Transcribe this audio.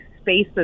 spaces